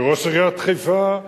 וראש עיריית חיפה,